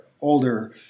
older